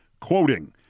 quoting